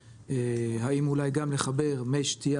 האם אולי גם לחבר מי שתייה,